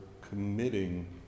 committing